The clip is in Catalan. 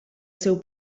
seu